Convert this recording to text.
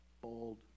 bold